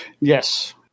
Yes